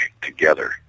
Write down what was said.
together